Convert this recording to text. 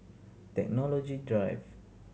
Technology Drive